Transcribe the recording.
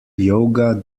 yoga